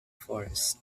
forrest